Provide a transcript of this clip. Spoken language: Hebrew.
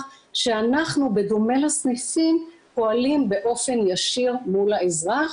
שאנחנו בדומה לסניפים פועלים באופן ישיר מול האזרח,